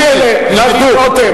דוד רותם,